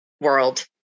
world